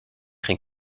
geen